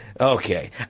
Okay